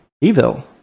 evil